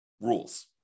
rules